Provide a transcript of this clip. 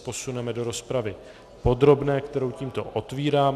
Posuneme se tedy do rozpravy podrobné, kterou tímto otvírám.